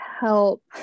help